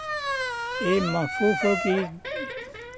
ये महसूस हो कि